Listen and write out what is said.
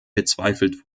bezweifelt